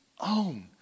own